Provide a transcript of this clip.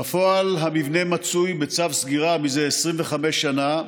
בפועל המבנה מצוי בצו סגירה מזה 25 שנה,